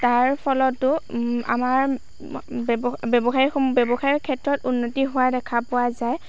তাৰ ফলতো আমাৰ ব্যৱসায় ব্যৱসায় ব্যৱসায়ৰ ক্ষেত্ৰত উন্নতি হোৱা দেখা পোৱা যায়